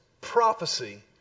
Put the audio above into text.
prophecy